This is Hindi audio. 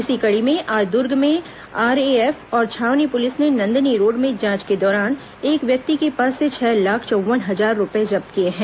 इसी कड़ी में आज दुर्ग में आरएएफ और छावनी पुलिस ने नंदिनी रोड में जांच के दौरान एक व्यक्ति के पास से छह लाख चौव्वन हजार रूपये जब्त किए हैं